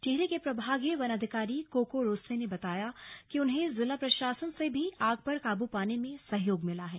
टिहरी के प्रभागीय वनाधिकारी कोको रोसे ने बताया कि उन्हें जिला प्रशासन से भी आग पर काबू पाने में सहयोग मिला है